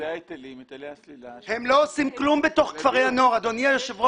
על סלילת כבישים בעיר עכו.